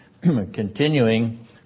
continuing